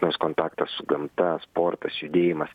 nors kontaktą su gamta sportas judėjimas